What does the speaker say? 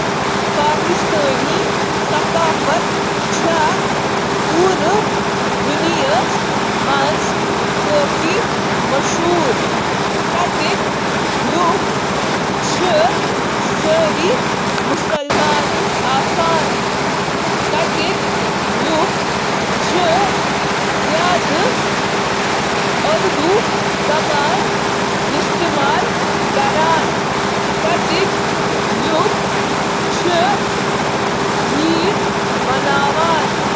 پاکستان چھُ اکھ متنوع تہٕ ثقافتی طور پٲٹھۍ امیر مُلک یتھ تٲریخ چھِ۔ ثقافتی ورثہ۔ پٲکِستانٕکہِ ثقافتی وراثتس منٛز چھِ آثار قدیمہ ہٕنٛدۍ مُقام، قٕلہٕ، استوپا، مزار، مقبرہٕ، عمارتہٕ، رہائش گاہ، یادگار تہٕ عبادت گاہٕ شٲمِل۔ تہوار، ثقافتی میٹرکس، نسلی اختلافات، فن ہنٛز شکلہٕ، اسلامی نظریہٕ تہٕ باقی۔